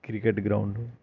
cricket ground